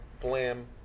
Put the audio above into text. Blam